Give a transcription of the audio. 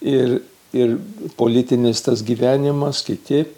ir ir politinis tas gyvenimas kiti